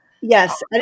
Yes